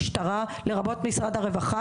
רק בסבירות,